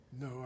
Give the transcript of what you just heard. No